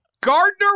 Gardner